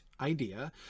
idea